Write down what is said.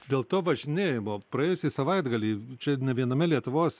dėl to važinėjimo praėjusį savaitgalį čia viename lietuvos